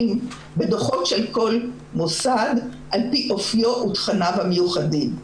בדוחות של כל מוסד על פי אופיו ותכניו המיוחדים.